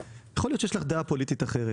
יכול להיות שיש לך דעה פוליטית אחרת.